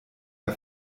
der